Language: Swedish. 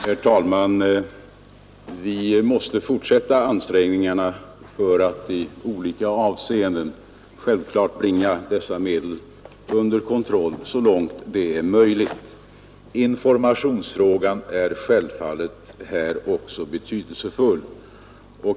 Herr talman! Vi måste fortsätta ansträngningarna för att i olika avseenden bringa dessa medel under kontroll så långt det är möjligt. Informationsfrågan är självfallet här också betydelsefull.